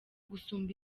gusumba